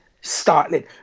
startling